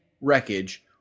wreckage